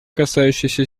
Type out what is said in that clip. касающийся